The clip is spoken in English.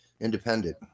independent